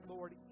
Lord